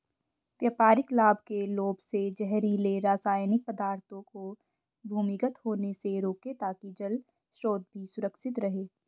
व्यापारिक लाभ के लोभ से जहरीले रासायनिक पदार्थों को भूमिगत होने से रोकें ताकि जल स्रोत भी सुरक्षित रहे